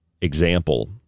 example